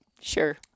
Sure